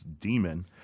demon